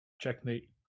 Checkmate